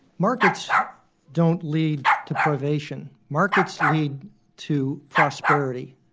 markets don't lead to privation markets lead to prosperity.